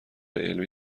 علمی